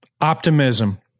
Optimism